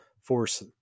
force